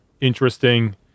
interesting